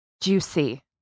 juicy